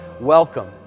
welcome